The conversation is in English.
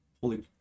holy